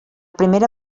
primera